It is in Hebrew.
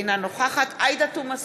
אינה נוכחת עאידה תומא סלימאן,